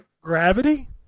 gravity